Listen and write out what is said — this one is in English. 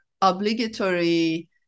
obligatory